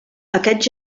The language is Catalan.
aquests